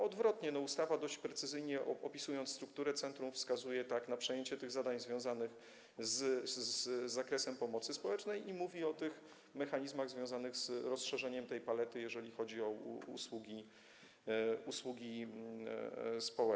Odwrotnie, w ustawie przez dość precyzyjne opisanie struktury centrum wskazuje się na przejęcie tych zadań związanych z zakresem pomocy społecznej i mówi się o tych mechanizmach związanych z rozszerzeniem tej palety, jeżeli chodzi o usługi społeczne.